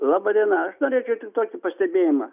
laba diena aš norėčiau tik tokį pastebėjimą